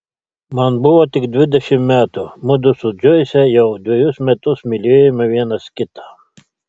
man buvo tik dvidešimt metų mudu su džoise jau dvejus metus mylėjome vienas kitą